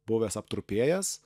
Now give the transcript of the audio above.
buvęs aptrupėjęs